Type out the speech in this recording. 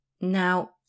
Now